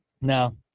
No